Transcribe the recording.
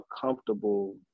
comfortable